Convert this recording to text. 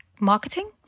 marketing